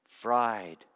fried